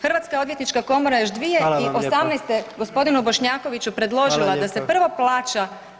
Hrvatska odvjetnička komora je još 2018. gospodinu Bošnjakoviću predložila [[Upadica predsjednik: Hvala lijepa.]] da se prvo plaća